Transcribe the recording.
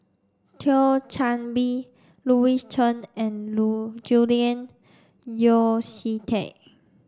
Thio Chan Bee Louis Chen and Julian Yeo See Teck